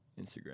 Instagram